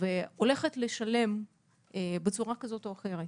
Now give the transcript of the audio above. והולכת לשלם פיצויים בצורה כזאת או אחרת,